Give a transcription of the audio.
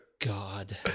God